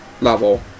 level